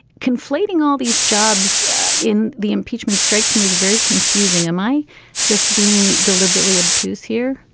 conflating all these jobs in the impeachment strikes me as very confusing. am i just being deliberately obtuse here?